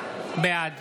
בעד